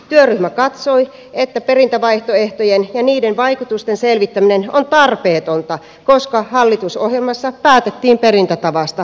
työryhmä katsoi että perintävaihtoehtojen ja niiden vaikutusten selvittäminen on tarpeetonta koska hallitusohjelmassa päätettiin perintätavasta